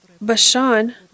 Bashan